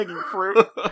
fruit